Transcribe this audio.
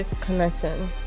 connection